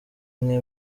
nke